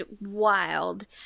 Wild